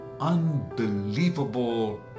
unbelievable